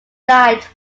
died